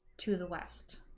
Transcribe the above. to the west